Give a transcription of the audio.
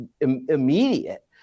immediate